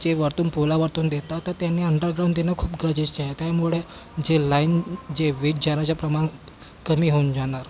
जे वरतून पोलावरतून देता तर त्यांनी अंडरग्राऊंड देणं खूप गरजेचं आहे त्यामुळे जे लाईन जे वीज जाऱ्याचं प्रमाण कमी होऊन जाणार